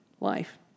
life